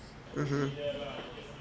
mmhmm